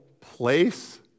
place